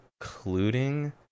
including